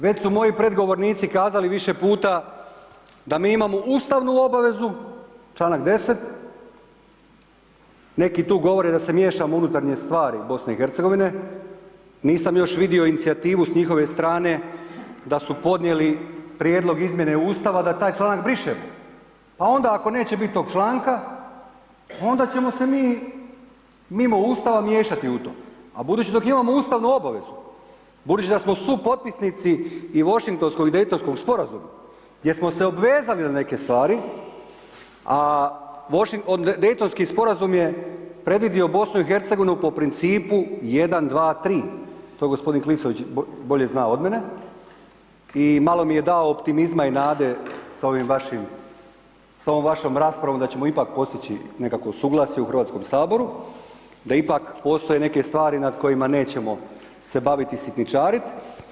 Već su moji predgovornici kazali više puta da mi imamo ustavnu obavezu, čl. 10., neki tu govore da se miješam u unutarnje stvari BiH, nisam još vidio inicijativu s njihove strane da su podnijeli prijedlog izmjene Ustava da taj članak brišemo, pa onda ako neće biti tog članka, onda ćemo se mi mimo Ustava miješati u to, a budući dok imamo ustavnu obavezu, budući da smo i supotpisnici i Vošingtonskog i Dejtonskog Sporazuma gdje smo se obvezali na neke stvari, a Dejtonski Sporazum je predvidio BiH po principu 1,2,3, to gospodin Klisović bolje zna od mene i malo mi je dao optimizma i nade sa ovom vašom raspravom da ćemo ipak postići nekakvo suglasje u HS-u, da ipak postoje neke stvari nad kojima nećemo se baviti i sitničariti.